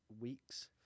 weeks